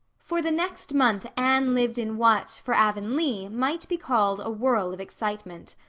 for the next month anne lived in what, for avonlea, might be called a whirl of excitement.